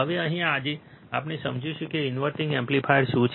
હવે અહીં આજે આપણે સમજીશું કે ઇન્વર્ટીંગ એમ્પ્લીફાયર શું છે